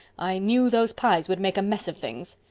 i knew those pyes would make a mess of things.